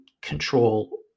control